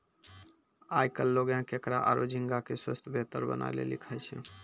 आयकल लोगें केकड़ा आरो झींगा के स्वास्थ बेहतर बनाय लेली खाय छै